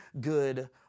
good